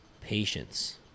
patience